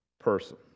Person